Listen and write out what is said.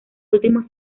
últimos